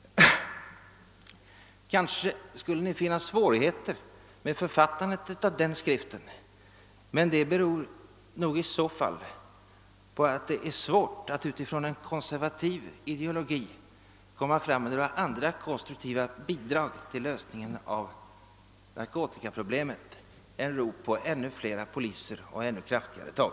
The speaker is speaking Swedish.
Kanske skulle ni finna svårigheter med författandet av den skriften, men det beror nog i så fall på att det är svårt att utifrån en konservativ ideologi komma fram med några andra konstruktiva bidrag till lösningen av narkotikaproblemet än rop på ännu flera poliser och ännu kraftigare tag.